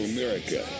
America